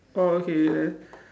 orh okay you have